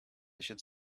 should